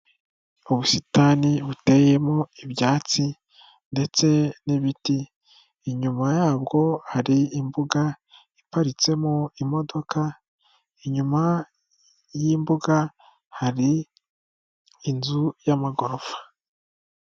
Ubusitani buteyemo ibyatsi ndetse n'ibiti inyuma yabwo hari imbuga iparitsemo imodoka, inyuma y'imbuga hari inzu y'amagorofa.